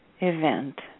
event